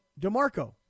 DeMarco